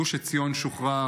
גוש עציון שוחרר,